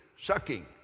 sucking